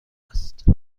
است